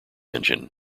engine